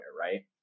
right